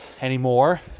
Anymore